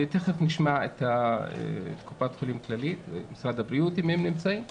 ותיכף נשמע את קופת חולים כללית ואת משרד ה בריאות אם הם נמצאים כאן,